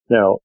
Now